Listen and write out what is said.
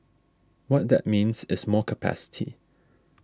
what that means is more capacity